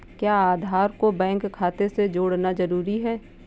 क्या आधार को बैंक खाते से जोड़ना जरूरी है?